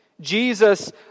Jesus